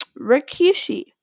Rikishi